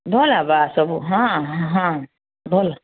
ଭଲ ହବା ସବୁ ହଁ ହଁ ଭଲ